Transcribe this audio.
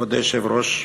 כבוד היושב-ראש,